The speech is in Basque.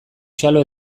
xalo